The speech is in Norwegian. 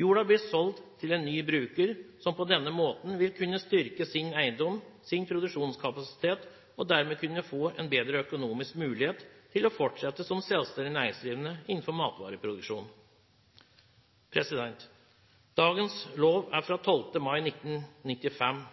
Jorda blir solgt til en ny bruker, som på denne måten vil kunne styrke sin eiendom og sin produksjonskapasitet, og dermed kunne få en bedre økonomisk mulighet til å fortsette som selvstendig næringsdrivende innenfor matvareproduksjon. Dagens lov er fra 12. mai 1995.